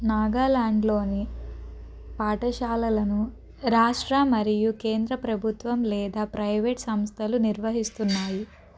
నాగాలాండ్లోని పాఠశాలలను రాష్ట్ర మరియు కేంద్ర ప్రభుత్వం లేదా ప్రైవేట్ సంస్థలు నిర్వహిస్తున్నాయి